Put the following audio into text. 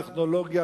הטכנולוגיה,